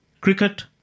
Cricket